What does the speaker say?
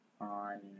On